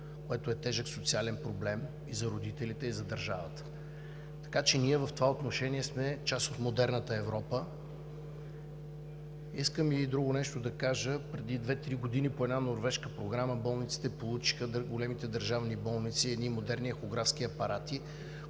което е тежък социален проблем и за родителите, и за държавата. Така че ние в това отношение сме част от модерна Европа. Искам да кажа и нещо друго. Преди две-три години по една норвежка програма големите държавни болници получиха модерни ехографски апарати,